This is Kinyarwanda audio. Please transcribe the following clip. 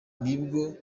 nibwo